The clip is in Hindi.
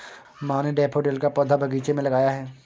माँ ने डैफ़ोडिल का पौधा बगीचे में लगाया है